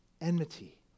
enmity